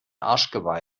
arschgeweih